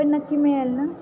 पण नक्की मिळेल ना